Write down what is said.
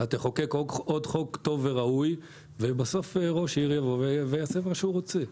אז תחוקק עוד חוק טוב וראוי ובסוף ראש עיר יעשה מה שהוא רוצה.